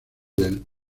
del